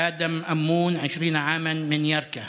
אדם אמון, בן 20, ירכא.